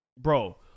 Bro